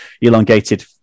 elongated